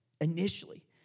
initially